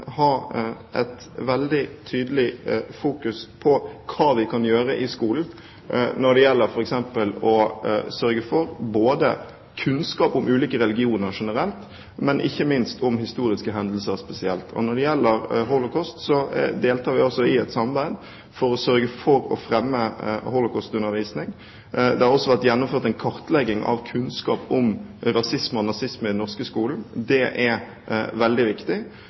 veldig tydelig på hva vi kan gjøre i skolen når det gjelder f.eks. å sørge for både kunnskap om ulike religioner generelt og, ikke minst, historiske hendelser spesielt. Når det gjelder holocaust, deltar vi i et samarbeid for å sørge for å fremme holocaustundervisning. Det har også vært gjennomført en kartlegging av kunnskap om rasisme og nazisme i den norske skolen. Det er veldig viktig.